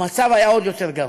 המצב היה עוד יותר גרוע.